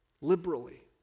liberally